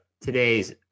today's